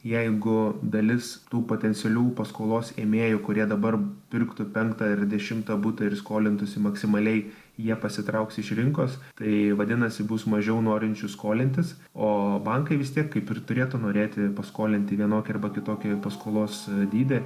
jeigu dalis tų potencialių paskolos ėmėjų kurie dabar pirktų penktą ar dešimtą butą ir skolintųsi maksimaliai jie pasitrauks iš rinkos tai vadinasi bus mažiau norinčių skolintis o bankai vis tiek kaip ir turėtų norėti paskolinti vienokį arba kitokį paskolos dydį